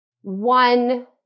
one